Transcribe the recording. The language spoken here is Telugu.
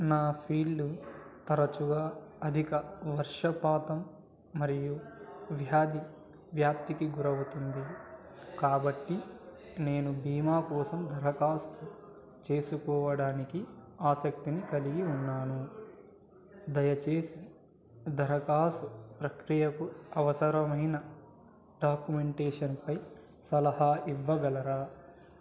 నా ఫీల్డు తరచుగా అధిక వర్షపాతం మరియు వ్యాధి వ్యాప్తికి గురవుతుంది కాబట్టి నేను బీమా కోసం దరఖాస్తు చేసుకోవడానికి ఆసక్తిని కలిగి ఉన్నాను దయచేసి దరఖాసు ప్రక్రియకు అవసరమైన డాక్యుమెంటేషన్పై సలహా ఇవ్వగలరా